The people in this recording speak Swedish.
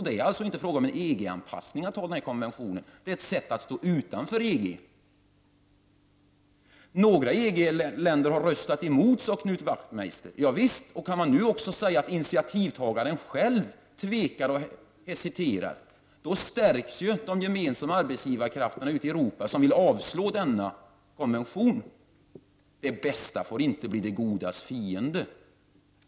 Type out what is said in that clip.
Det är alltså inte fråga om en EG-anpassning att anta denna konvention utan ett sätt att stå utanför EG. Några EG-länder har röstat emot, sade Knut Wachtmeister. Ja visst, så är det. Kan det nu sägas att initiativtagaren själv hesiterar, då stärks de gemensamma arbetsgivarkrafterna ute i Europa i sin vilja att säga nej till denna konvention. Det bästa får inte bli det godas fiende.